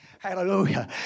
hallelujah